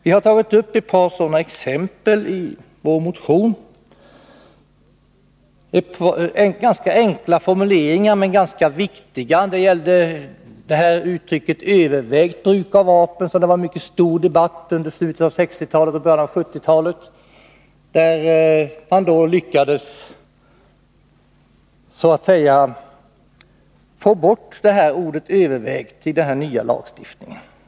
Vi har i vår motion givit ett par exempel på ganska enkla men viktiga formuleringar, bl.a. uttrycket ”övervägt bruk av vapen”, som det var mycket stor debatt om i slutet på 1960-talet och början av 1970-talet. Man lyckades få bort ordet ”övervägt” i den nya lagstiftningen.